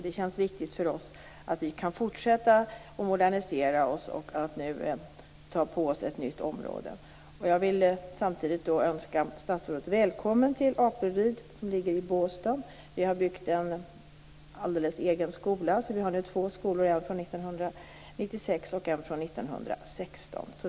Det känns viktigt för oss att vi kan fortsätta att modernisera oss och ta på oss ett nytt område. Jag vill samtidigt önska statsrådet välkommen till Apelryd, som ligger i Båstad. Vi har byggt en alldeles egen skola, så där finns nu två skolor, en från 1996 och en från 1916.